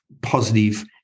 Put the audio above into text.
positive